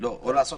או לעשות